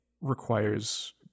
requires